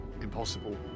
impossible